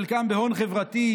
חלקם בהון חברתי,